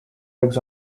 eggs